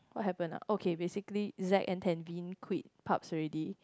what happen ah okay basically Zack and quit Pubs already